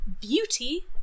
Beauty